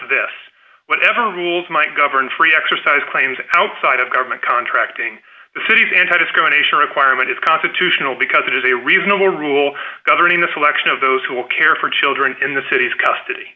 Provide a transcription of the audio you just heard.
this whatever rules might govern free exercise claims outside of government contracting the city's anti discrimination requirement is constitutional because it is a reasonable rule governing the selection of those who will care for children in the city's custody